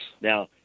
Now